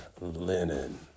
linen